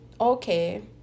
okay